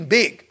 big